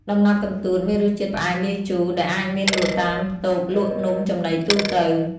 ដំណាប់កន្ទួតមានរសជាតិផ្អែមលាយជូរ ដែលអាចមានលក់តាមតូបលក់នំចំណីទូទៅ។